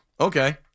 okay